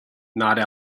not